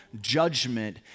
judgment